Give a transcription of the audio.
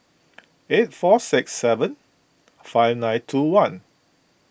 eight four six seven five nine two one